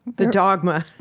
the dogma